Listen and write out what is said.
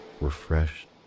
refreshed